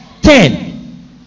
ten